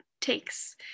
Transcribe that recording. takes